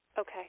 Okay